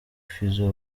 fizzo